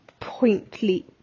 pointly